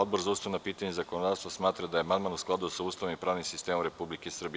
Odbor za ustavna pitanja i zakonodavstvo smatra da je amandman u skladu sa Ustavom i pravnim sistemom Republike Srbije.